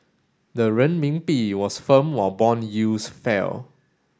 the Renminbi was firm while bond yields fell